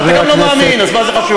אתה לא מאמין, אז מה זה חשוב.